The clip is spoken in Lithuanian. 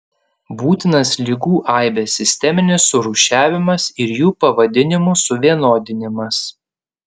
būtinas ligų aibės sisteminis surūšiavimas ir jų pavadinimų suvienodinimas